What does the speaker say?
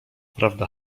prawda